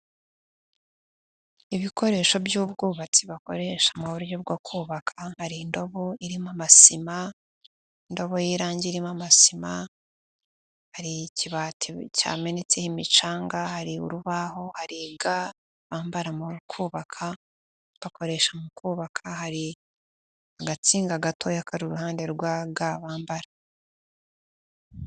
Ibikoresho by'ubwubatsi bakoresha mu buryo bwo kubaka, hari indobo irimo amasima, ingabo y'irange irimo amasima, hari ikibati cyamenetse, imicanga hari urubaho, hari ga bambara mu kubaka, bakoresha mu kubaka, hari agansinga gatoya kari uruhande rwa ga bambara.